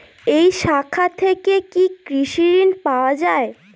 এই শাখা থেকে কি কৃষি ঋণ পাওয়া যায়?